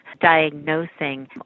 diagnosing